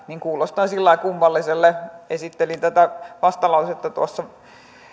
kuulostaa kummalliselta esittelin tätä vastalausetta